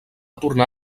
tornar